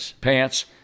pants